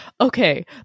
okay